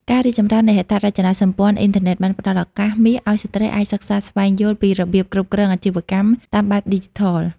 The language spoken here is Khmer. ការរីកចម្រើននៃហេដ្ឋារចនាសម្ព័ន្ធអ៊ីនធឺណិតបានផ្ដល់ឱកាសមាសឱ្យស្ត្រីអាចសិក្សាស្វែងយល់ពីរបៀបគ្រប់គ្រងអាជីវកម្មតាមបែបឌីជីថល។